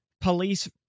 police